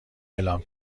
اعلام